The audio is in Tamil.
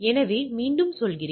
எனவே மீண்டும் சொல்கிறேன்